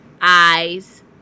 eyes